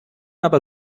aber